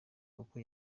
koko